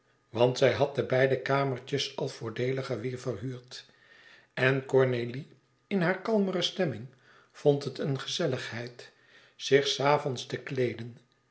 want zij had de beide kamertjes al voordeeliger weêr verhuurd en cornélie in hare kalmere stemming vond het eene gezelligheid zich s avonds te kleeden